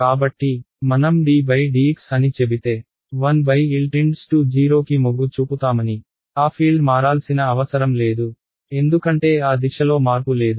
కాబట్టి మనం ddx అని చెబితే 1L → 0 కి మొగ్గు చూపుతామని ఆ ఫీల్డ్ మారాల్సిన అవసరం లేదు ఎందుకంటే ఆ దిశలో మార్పు లేదు